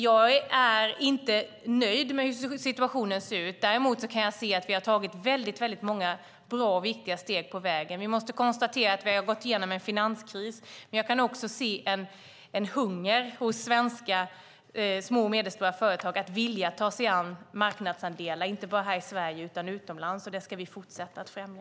Jag är inte nöjd med hur situationen ser ut. Däremot kan jag se att vi har tagit många bra och viktiga steg på vägen. Vi måste konstatera att vi har gått igenom en finanskris. Jag kan se en hunger hos svenska små och medelstora företag att vilja ta marknadsandelar, inte bara i Sverige utan också utomlands. Det ska vi fortsätta att främja.